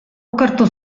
okertu